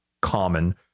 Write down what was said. common